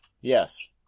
Yes